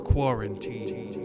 Quarantine